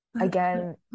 again